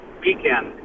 weekend